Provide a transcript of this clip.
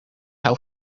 hou